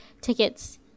tickets